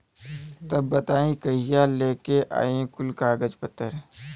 तब बताई कहिया लेके आई कुल कागज पतर?